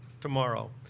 tomorrow